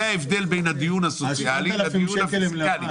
זה ההבדל בין הדיון הסוציאלי לדיון הפיסקלי.